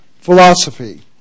philosophy